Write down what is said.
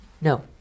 no